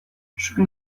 zuen